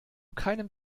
keinem